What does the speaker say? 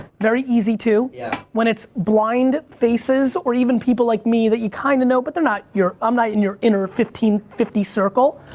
very easy to yeah when it's blind faces or even people like me that you kind of know but they're not your, i'm not in your inner fifty circle.